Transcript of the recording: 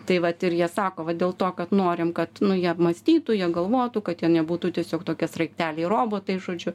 tai vat ir jie sako va dėl to kad norim kad jie apmąstytų jie galvotų kad jie nebūtų tiesiog tokie sraigteliai robotai žodžiu